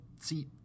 seat